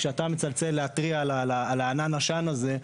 כשאתה מצלצל להתריע על ענן העשן הזה,